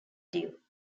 due